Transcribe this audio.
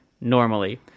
normally